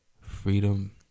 freedom